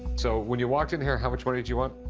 so when you walked in here, how much money did you want?